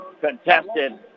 contested